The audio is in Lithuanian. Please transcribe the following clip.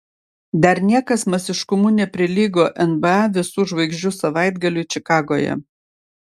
dar niekas masiškumu neprilygo nba visų žvaigždžių savaitgaliui čikagoje